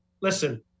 Listen